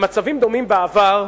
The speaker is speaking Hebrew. במצבים דומים בעבר,